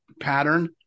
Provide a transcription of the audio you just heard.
pattern